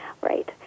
Right